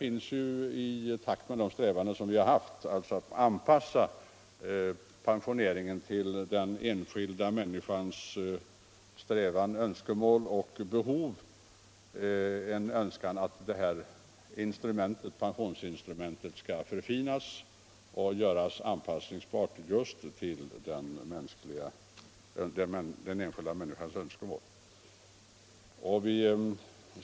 I takt med denna utveckling har vi också strävat efter att förfina pensioneringsinstrumentet och anpassa det till den enskilda människans önskemål och behov.